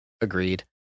agreed